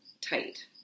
tight